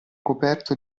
coperto